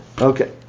Okay